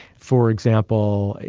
for example,